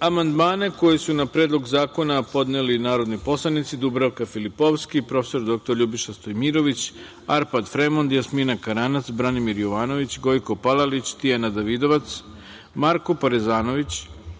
amandmane koje su na Predlog zakona podneli narodni poslanici: Dubravka Filipovski, prof. dr Ljubiša Stojmirović, Arpad Fremond, Jasmina Karanac, Branimir Jovanović, Gojko Palalić, Tijana Davidovac, Marko Parezanović,